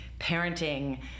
parenting